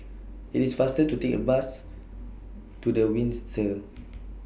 IT IS faster to Take A Bus to The Windsor